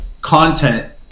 content